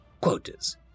quotas